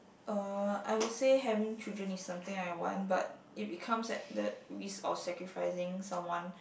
uh I would say having children is something I want but if it comes at the risk of sacrificing someone